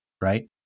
Right